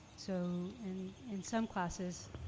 so in in some classes,